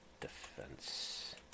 defense